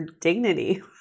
dignity